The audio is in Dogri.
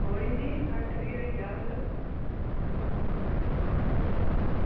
कोई निं घट्ट बी होई जाह्ग